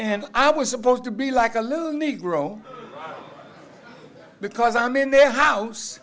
and i was supposed to be like a little negro because i'm in their house